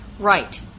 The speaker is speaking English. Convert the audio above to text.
Right